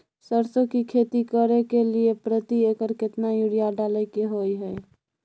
सरसो की खेती करे के लिये प्रति एकर केतना यूरिया डालय के होय हय?